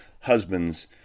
husbands